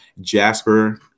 Jasper